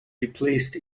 replaced